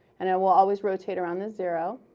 and it will always rotate around the zero.